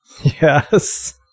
Yes